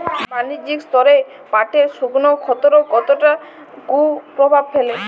বাণিজ্যিক স্তরে পাটের শুকনো ক্ষতরোগ কতটা কুপ্রভাব ফেলে?